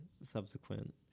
subsequent